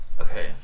Okay